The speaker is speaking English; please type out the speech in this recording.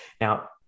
Now